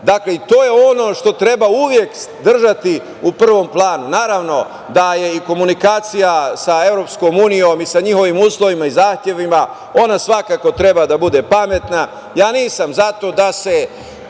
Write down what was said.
života. Dakle, to je ono što treba uvek držati u prvom planu. Naravno da je i komunikacija sa EU i sa njihovim uslovima i zahtevima, ona svakako treba da bude pametna. Ja nisam za to da se